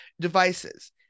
devices